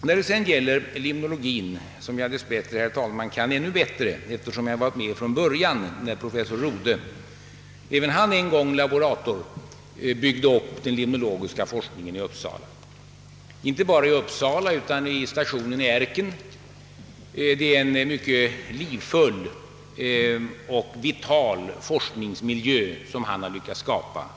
När det gäller limnologien, som jag faktiskt känner till ännu bättre, eftersom jag varit med från början när professor Rodhe även han en gång laborator — byggde upp denna forskning inte bara i Uppsala utan även vid stationen i Erken, vill jag säga att det är en mycket livlig och vital forskningsmiljö som professor Rodhe har lyckats skapa.